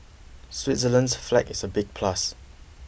Switzerland's flag is a big plus